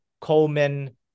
Coleman